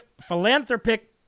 philanthropic